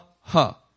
ha